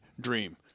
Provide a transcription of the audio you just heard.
Dream